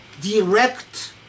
direct